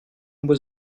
beaux